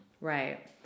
Right